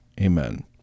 Amen